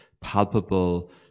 palpable